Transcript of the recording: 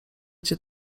cię